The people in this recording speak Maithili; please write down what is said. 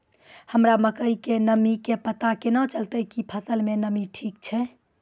हमरा मकई के नमी के पता केना चलतै कि फसल मे नमी ठीक छै?